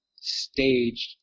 staged